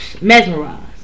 Mesmerized